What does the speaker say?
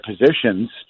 positions